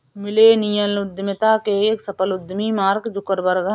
millennial उद्यमिता के एक सफल उद्यमी मार्क जुकरबर्ग हैं